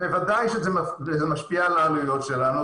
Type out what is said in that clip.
בוודאי שזה משפיע על העלויות שלנו,